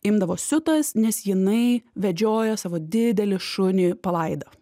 imdavo siutas nes jinai vedžioja savo didelį šunį palaidą